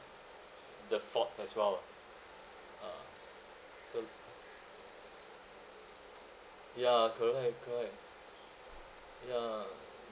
the fault as well ah ah so ya correct correct ya